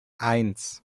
eins